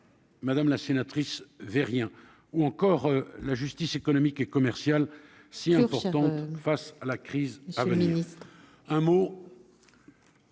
Madame la sénatrice veut rien ou encore la justice économique et commercial si importante face à la crise, c'est